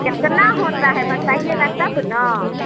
केतना होता है बताइएगा तब न